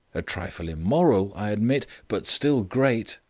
a trifle immoral, i admit, but still great,